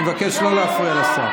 אני מבקש לא להפריע לשר.